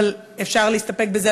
אבל אפשר להסתפק בזה,